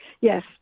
Yes